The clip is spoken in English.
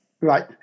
Right